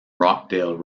rockdale